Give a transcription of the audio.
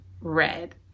Red